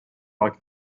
like